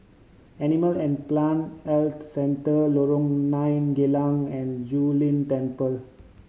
Animal and Plant Health Centre Lorong Nine Geylang and Zu Lin Temple